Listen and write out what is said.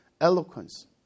eloquence